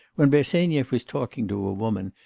when bersenyev was talking to a woman,